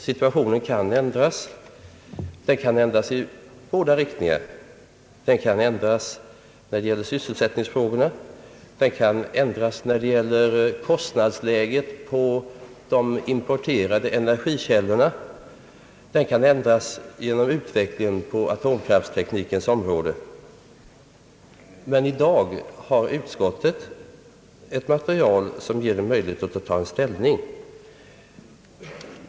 Situationen kan ändras i båda riktningarna. Den kan ändras när det gäller sysselsättningsfrågorna, när det gäller kostnadsläget på de importerade energikällorna eller genom utvecklingen på atomkraftteknikens område. I dag har utskottet ett material som ger möjlighet att ta ställning.